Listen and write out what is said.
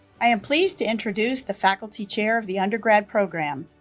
i am pleased to introduce the faculty chair of the undergrad program,